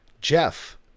Jeff